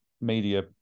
media